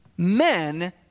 Men